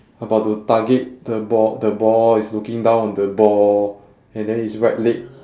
about to target the ba~ the ball he's looking down on the ball and then his right leg